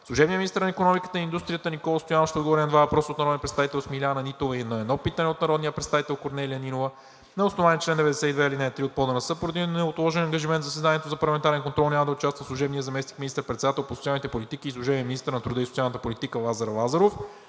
Служебният министър на икономиката и индустрията Никола Стоянов ще отговори на два въпроса от народния представител Смиляна Нитова и на едно питане от народния представител Корнелия Нинова. На основание чл. 92, ал. 3 от ПОДНС поради неотложен ангажимент в заседанието за парламентарен контрол няма да участва служебният заместник министър-председател по социалните политики и служебен министър на труда и социалната политика Лазар Лазаров.